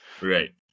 Right